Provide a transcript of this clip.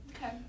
Okay